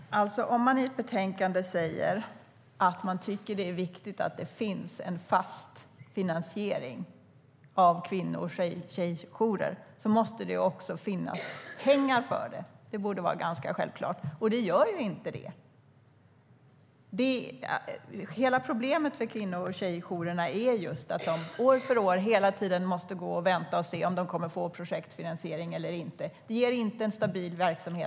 Herr talman! Om man i ett betänkande säger att man tycker att det är viktigt att det finns en fast finansiering för kvinno och tjejjourer måste det också finnas pengar för det - det borde vara ganska självklart. Det gör ju inte det. Hela problemet för kvinno och tjejjourerna är just att de hela tiden, år för år, måste gå och vänta och se om de kommer att få projektfinansiering eller inte. Det ger inte en stabil verksamhet.